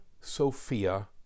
Sophia